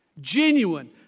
Genuine